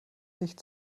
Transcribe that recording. licht